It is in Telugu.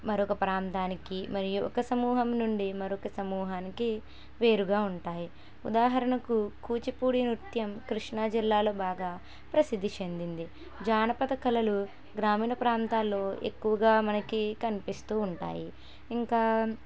మరొక ప్రాంతానికి మరియు ఒక సమూహం నుండి మరొక సమూహానికి వేరుగా ఉంటాయి ఉదాహరణకు కూచిపూడి నృత్యం కృష్ణాజిల్లాలో బాగా ప్రసిద్ది చెందింది జానపద కళలు గ్రామీణ ప్రాంతాల్లో ఎక్కువగా మనకు కనిపిస్తు ఉంటాయి ఇంకా